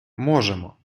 можемо